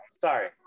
sorry